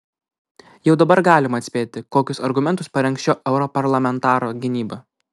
jau dabar galima atspėti kokius argumentus parengs šio europarlamentaro gynyba